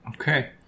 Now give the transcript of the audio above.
Okay